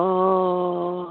অঁ